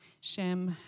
Shem